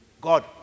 God